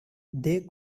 they